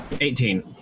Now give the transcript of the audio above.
Eighteen